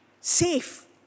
safe